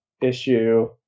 issue